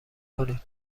کنید